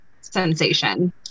sensation